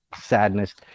sadness